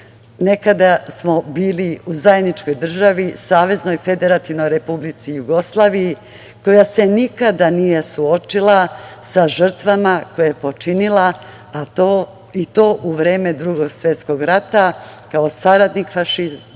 nekada smo bili u zajedničkoj državi, Saveznoj Federativnoj Republici Jugoslaviji, koja se nikada nije suočila sa žrtvama koje je počinila, i to u vreme Drugog svetskog rata, kao saradnik fašizma